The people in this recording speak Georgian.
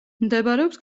მდებარეობს